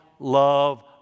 love